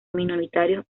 minoritarios